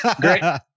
great